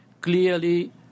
clearly